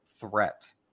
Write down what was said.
threat